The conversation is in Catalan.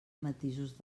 matisos